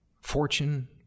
fortune